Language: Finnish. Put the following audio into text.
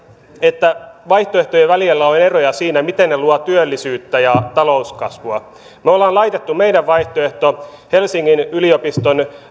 että vaihtoehtojen välillä on eroja siinä miten ne luovat työllisyyttä ja talouskasvua me olemme laittaneet meidän vaihtoehtomme helsingin yliopiston